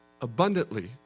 abundantly